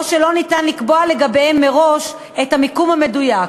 או שלא ניתן לקבוע לגביהן מראש את המיקום המדויק.